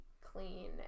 clean